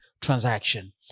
transaction